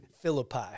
Philippi